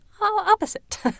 opposite